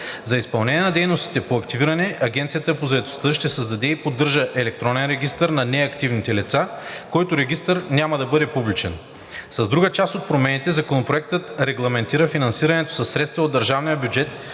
За изпълнение на дейностите по активиране Агенцията по заетостта ще създаде и поддържа електронен регистър на неактивните лица, който регистър няма да бъде публичен. С друга част от промените Законопроектът регламентира финансирането със средства от държавния бюджет